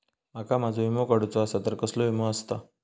माका माझो विमा काडुचो असा तर कसलो विमा आस्ता?